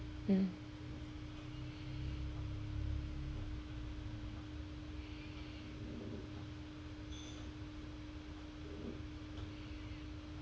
mm